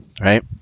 right